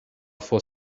for